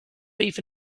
beef